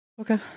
okay